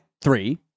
three